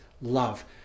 love